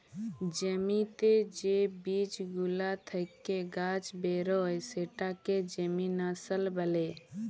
জ্যমিতে যে বীজ গুলা থেক্যে গাছ বেরয় সেটাকে জেমিনাসল ব্যলে